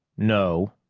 no,